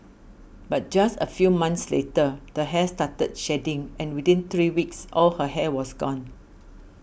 but just a few months later the hair started shedding and within three weeks all her hair was gone